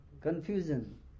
Confusion